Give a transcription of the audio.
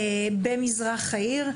במזרח העיר.